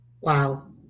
wow